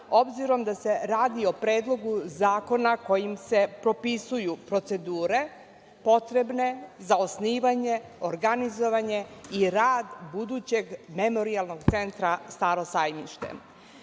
obzirom da se radi o predlogu zakona kojim se propisuju procedure potrebne za osnivanje, organizovanje i rad budućeg Memorijalnog centra „Staro